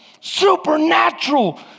supernatural